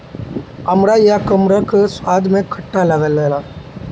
अमड़ा या कमरख स्वाद में खट्ट लागेला